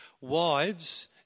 Wives